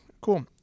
Cool